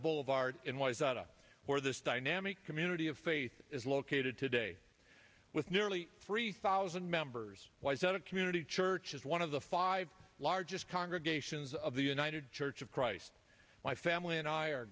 boulevard in was outa where this dynamic community of faith is located today with nearly three thousand members was that a community church is one of the five largest congregations of the united church of christ my family and i are